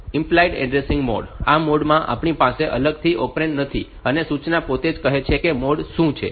implied addressing mode આ mode માં આપણી પાસે અલગથી ઓપરેન્ડ નથી અને સૂચના પોતે જ કહે છે કે મોડ શું છે